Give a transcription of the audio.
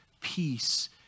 peace